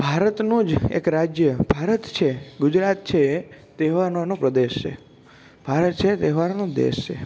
ભારતનો જ એક રાજ્ય ભારત છે ગુજરાત છે એ તહેવારોનોનો પ્રદેશ છે ભારત છે તહેવારોનો દેશ છે